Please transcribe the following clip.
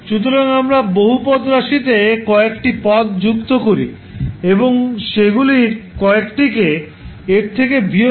সুতরাং আমরা বহুপদ রাশিতে কয়েকটি পদ যুক্ত করি এবং সেগুলির কয়েকটিকে এর থেকে বিয়োগ করি